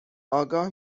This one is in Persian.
آگاه